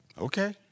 Okay